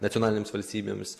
nacionalinėms valstybėms